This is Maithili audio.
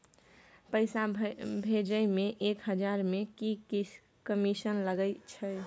पैसा भैजे मे एक हजार मे की कमिसन लगे अएछ?